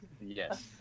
Yes